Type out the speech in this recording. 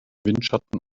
windschatten